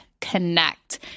connect